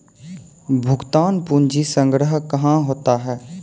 भुगतान पंजी संग्रह कहां होता हैं?